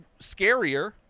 scarier